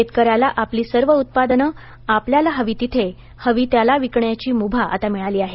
शेतकऱ्याला आपली सर्व उत्पादनं आपल्याला हवी तिथे हवी त्याला विकण्याची मुभा आता मिळाली आहे